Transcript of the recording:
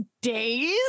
days